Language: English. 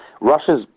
Russia's